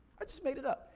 i just made it up.